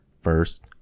first